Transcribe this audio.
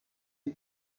die